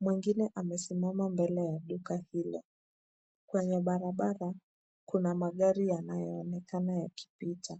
mwingine amesimama mbele ya duka hilo. Kwenye barabara kuna magari yanayoonekana yakipita.